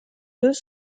deux